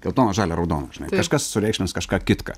geltoną žalią raudoną kažkas sureikšmins kažką kitką